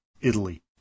Italy